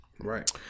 Right